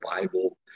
Bible